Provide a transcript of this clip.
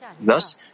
Thus